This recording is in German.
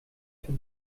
für